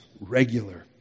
regular